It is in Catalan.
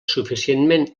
suficientment